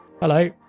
hello